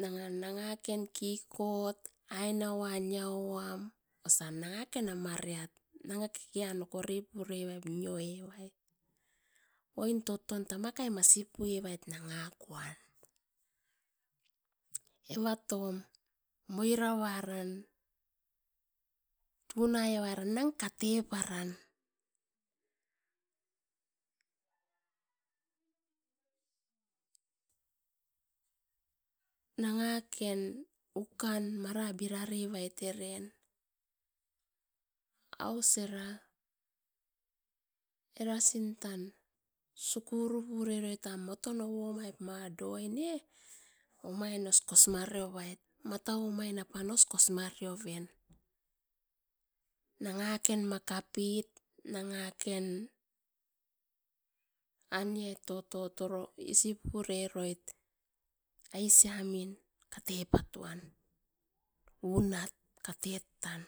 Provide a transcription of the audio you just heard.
Nanga nangaken kikot ainauan niauam osan nangaken amariat nanga okori pure vaip nanga kekean nioe vait. Oin toton tama kai masi pu evait nanga koan evatom, moira varan tunai avaran nanga kate paran. Nanga ken ukan mara vira ravait eren aus era, erasin sikuru pure roit mava moton ouomait ma doi ne omain os kosmare uroit. Matau omain apan os kosma keovin nanga ken maka pit, nanga ken aniai totot oro isi pure roit aisi amin katepatoan. Unat katet tan,